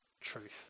truth